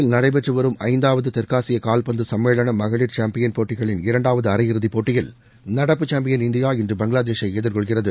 நேபாளத்தில் நடைபெற்று வரும் ஐந்தாவது தெற்காசிய கால்பந்து சம்மேளன மகளிர் சாம்பியன் போட்டிகளின் இரண்டாவது அரையிறுதிப் போட்டியில் நடப்பு சாம்பியன் இந்தியா இன்று பங்களாதேஷை எதிர்கொள்கிறது